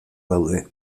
daude